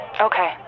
Okay